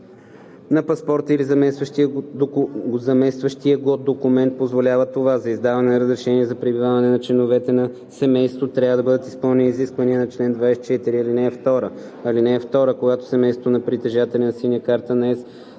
на паспорта или заместващия го документ позволява това. За издаване на разрешение за пребиваване на членовете на семейството трябва да бъдат изпълнени изискванията на чл. 24, ал. 2. (2) Когато семейството на притежателя на „Синя карта на ЕС“